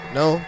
no